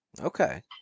Okay